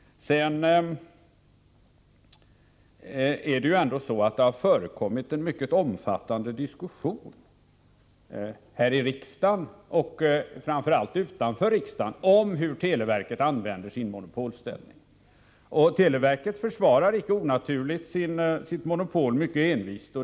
Vidare har det förekommit en mycket omfattande diskussion här i riksdagen, och framför allt utanför riksdagen, om hur televerket använder sin monopolställning. Televerket försvarar icke onaturligt sitt monopol mycket envist.